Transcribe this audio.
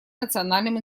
национальным